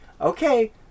okay